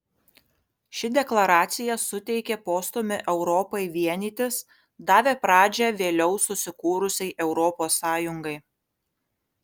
ši deklaracija suteikė postūmį europai vienytis davė pradžią vėliau susikūrusiai europos sąjungai